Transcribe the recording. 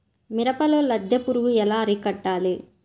మిరపలో లద్దె పురుగు ఎలా అరికట్టాలి?